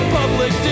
public